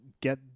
get